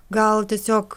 gal tiesiog